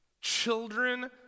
Children